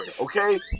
okay